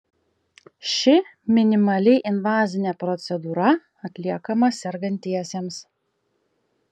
ši minimaliai invazinė procedūra atliekama sergantiesiems